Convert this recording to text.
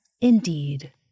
indeed